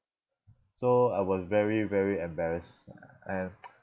so I was very very embarrassed and